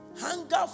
Hunger